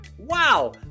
Wow